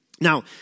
Now